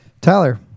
Tyler